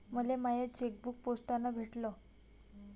मले my chequebook पोस्टानं भेटल